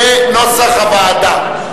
כנוסח הוועדה.